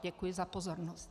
Děkuji za pozornost.